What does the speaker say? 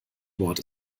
wort